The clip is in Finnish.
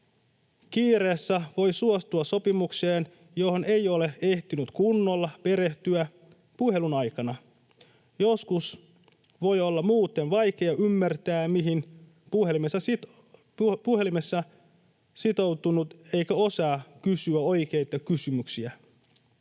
Kiireessä voi suostua sopimukseen, johon ei ole ehtinyt kunnolla perehtyä puhelun aikana. Joskus voi olla muuten vaikea ymmärtää, mihin puhelimessa on sitoutunut, eikä osaa kysyä oikeita kysymyksiä.